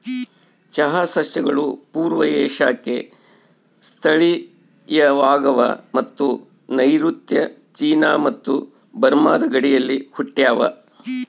ಚಹಾ ಸಸ್ಯಗಳು ಪೂರ್ವ ಏಷ್ಯಾಕ್ಕೆ ಸ್ಥಳೀಯವಾಗವ ಮತ್ತು ನೈಋತ್ಯ ಚೀನಾ ಮತ್ತು ಬರ್ಮಾದ ಗಡಿಯಲ್ಲಿ ಹುಟ್ಟ್ಯಾವ